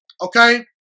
okay